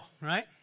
right